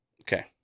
Okay